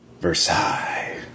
Versailles